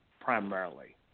primarily